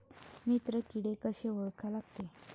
मित्र किडे कशे ओळखा लागते?